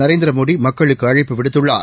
நரேந்திரமோடிமக்களுக்கு அழைப்பு விடுத்துள்ளார்